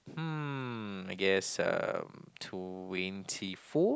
mm I guess um twenty four